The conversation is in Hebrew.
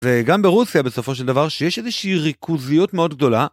וגם ברוסיה בסופו של דבר שיש איזושהי ריכוזיות מאוד גדולה.